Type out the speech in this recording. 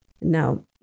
Now